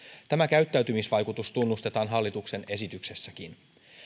tämä käyttäytymisvaikutus tunnustetaan hallituksen esityksessäkin